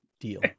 Deal